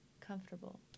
comfortable